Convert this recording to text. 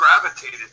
gravitated